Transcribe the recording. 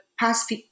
past